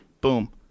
boom